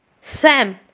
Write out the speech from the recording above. Sam